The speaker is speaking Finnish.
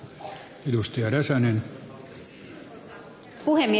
arvoisa puhemies